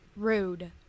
Rude